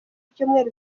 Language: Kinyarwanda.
ibyumweru